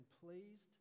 pleased